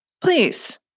Please